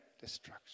destruction